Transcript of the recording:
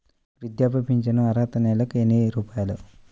వృద్ధాప్య ఫింఛను అర్హత నెలకి ఎన్ని రూపాయలు?